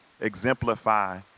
exemplify